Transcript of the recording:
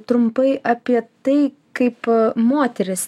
trumpai apie tai kaip moteris